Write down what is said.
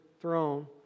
throne